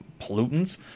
pollutants